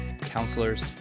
counselors